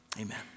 Amen